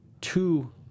Two